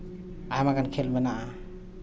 ᱟᱭᱢᱟ ᱜᱟᱱ ᱠᱷᱮᱞ ᱢᱮᱱᱟᱜᱼᱟ